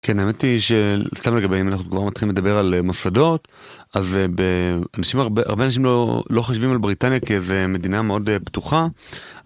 כן, האמת היא, סתם לגבי, אם אנחנו כבר מתחילים לדבר על מוסדות, אז הרבה אנשים לא חושבים על בריטניה כאיזו מדינה מאוד פתוחה.